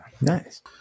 Nice